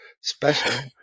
special